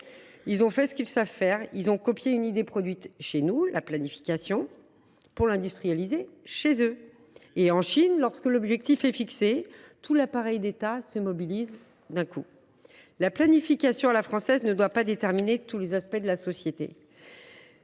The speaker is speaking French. Ils ont fait ce qu’ils savent faire : ils ont copié une idée produite chez nous, la planification, pour l’industrialiser chez eux. Dans ce pays, lorsque l’objectif est fixé, tout l’appareil d’État se mobilise d’un coup. Le génie chinois ! La planification à la française ne doit pas déterminer tous les aspects de la société,